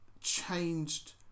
changed